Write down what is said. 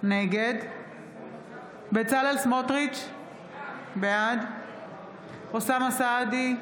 נגד בצלאל סמוטריץ' בעד אוסאמה סעדי,